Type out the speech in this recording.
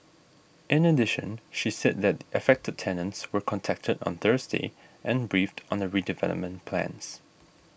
in addition she said that affected tenants were contacted on Thursday and briefed on the redevelopment plans